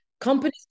Companies